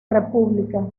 república